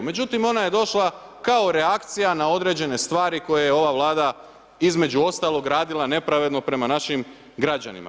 Međutim, ona je došla kao reakcija na određene stvari koje je ova Vlada između ostalog radila nepravedno prema našim građanima.